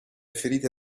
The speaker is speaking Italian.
ferite